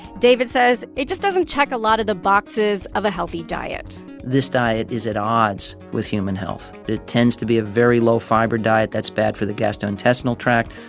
david says it just doesn't take a lot of the boxes of a healthy diet this diet is at odds with human health. it tends to be a very low-fiber diet that's bad for the gastrointestinal tract.